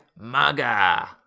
MAGA